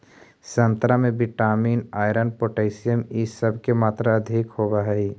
संतरा में vitamin, iron, potassium इ सब के मात्रा अधिक होवऽ हई